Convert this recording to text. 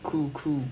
cool cool